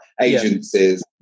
agencies